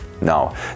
No